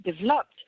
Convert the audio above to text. developed